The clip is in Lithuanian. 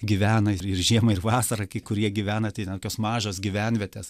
gyvena ir žiemą ir vasarą kai kurie gyvena tai tokios mažos gyvenvietės